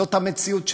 זאת המציאות שלנו.